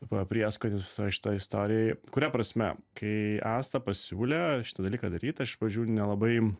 va prieskonis visoj šitoj istorijoj kuria prasme kai asta pasiūlė šitą dalyką daryt aš iš pradžių nelabai